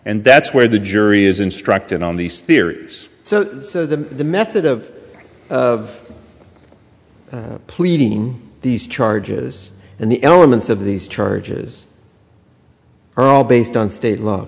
and that's where the jury is instructed on these theories so the method of of pleading these charges and the elements of these charges are all based on state law